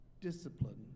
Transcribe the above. Discipline